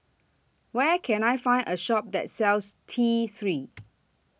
Where Can I Find A Shop that sells T three